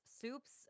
Soups